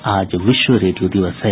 और आज विश्व रेडियो दिवस है